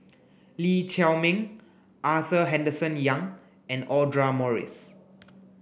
Lee Chiaw Meng Arthur Henderson Young and Audra Morrice